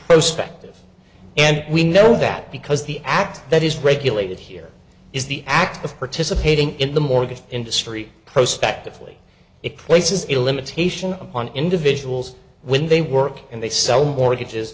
prospect of and we know that because the act that is regulated here is the act of participating in the mortgage industry prospected fully it places a limitation on individuals when they work and they sell mortgages